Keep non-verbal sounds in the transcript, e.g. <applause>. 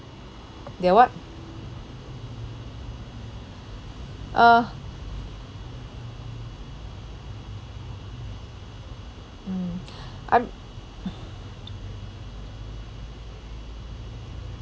they what uh mm I'm <noise>